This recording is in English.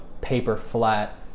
paper-flat